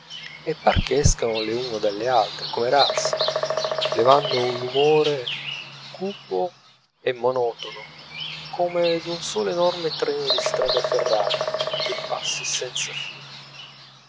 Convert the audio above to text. e par che escano le une dalle altre come razzi levando un rumore cupo e monotono come d'un solo enorme treno di strada ferrata che passi senza fine